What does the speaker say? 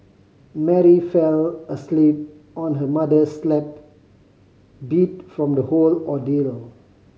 Mary fell asleep on her mother's lap beat from the whole ordeal